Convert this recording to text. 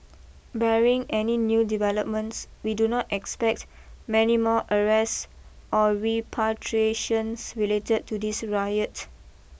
barring any new developments we do not expect many more arrests or repatriations related to this riot